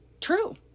true